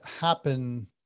happen